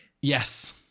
Yes